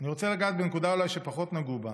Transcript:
אני רוצה לגעת בנקודה שפחות נגעו בה.